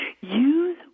Use